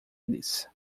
eles